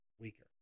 weaker